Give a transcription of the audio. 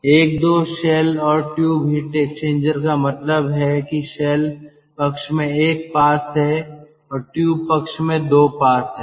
1 2 shell और tube heat exchanger का मतलब है कि शेल पक्ष में एक पास है और ट्यूब पक्ष में दो पास हैं